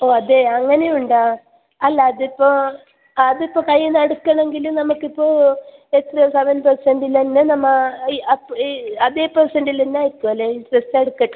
ഓ അതെ അങ്ങനെയും ഉണ്ടോ അല്ല അത് ഇപ്പോൾ അത് ഇപ്പോൾ കഴിയുമെന്ന് അടയ്ക്കണമെങ്കിൽ നമുക്ക് ഇപ്പോൾ എത്ര സെവൻ പേർസെൻറ്റിൽ തന്നെ നമ്മൾ ഈ അത് അതേ പെർസെൻറ്റിൽ തന്നെ ആയിരിക്കുമല്ലേ ഇൻറ്ററസ്റ്റ് അടയ്ക്കുക